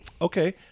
Okay